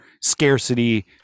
scarcity